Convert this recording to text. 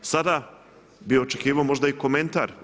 Sada bih očekivao možda i komentar.